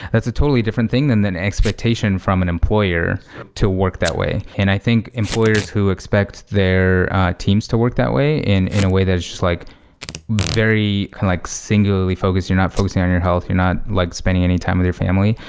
that's a totally different thing than the expectation from an employer to work that way. and i think employers who expect their teams to work that way in a way that is just like very like singularly focused, you're not focusing on your health, you're not like spending any time with your family.